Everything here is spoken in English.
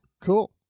cool